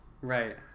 Right